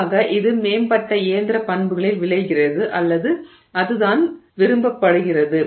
பொதுவாக இது மேம்பட்ட இயந்திர பண்புகளில் விளைகிறது அல்லது அதுதான் விரும்பப்படுகிறது